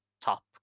top